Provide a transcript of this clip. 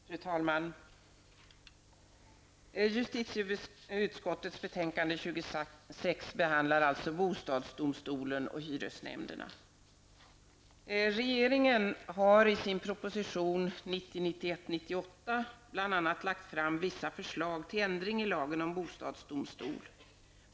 Fru talman! Justitieutskottets betänkande nr 26 behandlar bostadsdomstolen och hyresnämnderna. Regeringen har i proposition 1990/91:98 bl.a. lagt fram vissa förslag till ändring i lagen om bostadsdomstol.